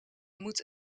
moet